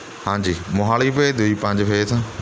ਹਾਂਜੀ ਮੋਹਾਲੀ ਭੇਜ ਦਿਓ ਜੀ ਪੰਜ ਫੇਸ